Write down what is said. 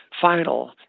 final